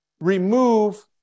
Remove